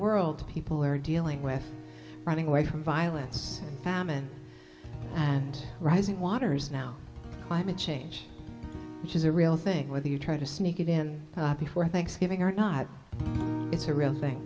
world people are dealing with running away from violence famine and rising waters now climate change which is a real thing whether you try to sneak it in before thanksgiving or not it's a real thing